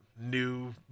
New